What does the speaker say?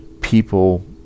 people